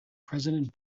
president